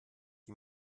die